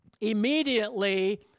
immediately